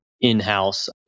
in-house